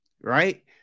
right